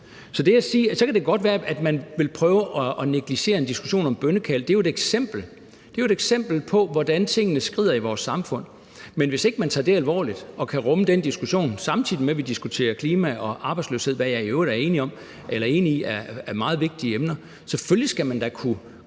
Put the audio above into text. Så kan det godt være, at man vil prøve at negligere en diskussion om bønnekald, men det er jo et eksempel på, hvordan tingene skrider i vores samfund. Men hvis ikke man tager det alvorligt og kan rumme den diskussion, samtidig med at vi diskuterer klima og arbejdsløshed – hvad jeg i øvrigt er enig i er meget vigtige emner – skrider det. Selvfølgelig skal man da kunne håndtere